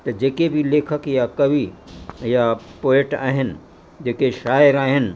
त जेके बि लेखक या कवि या पोएट आहिनि जेके शायर आहिनि